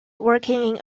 working